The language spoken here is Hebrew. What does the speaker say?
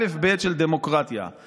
האלף-בית של דמוקרטיה,